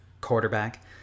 quarterback